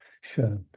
Sure